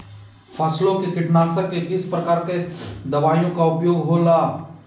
फसलों के कीटनाशक के किस प्रकार के दवाइयों का उपयोग हो ला?